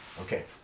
Okay